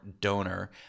donor